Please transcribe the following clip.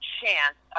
chance